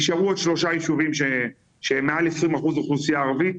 נשארו עוד שלושה ישובים שהם מעל 20% אוכלוסייה ערבית,